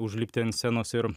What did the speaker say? užlipti ant scenos ir